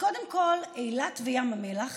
קודם כול, אילת וים המלח